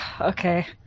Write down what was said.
okay